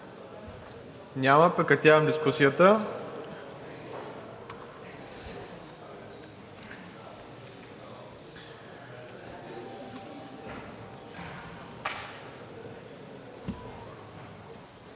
Няма. Прекратявам дискусията.